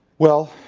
well,